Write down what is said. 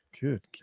Good